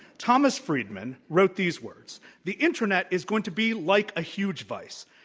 thomas friedman wrote these words the internet is going to be like a huge vise.